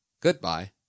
Goodbye